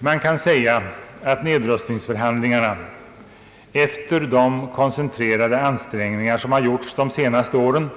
Man kan säga att nedrustningsförhandlingarna — efter de koncentrerade ansträngningar som har gjorts de senaste åren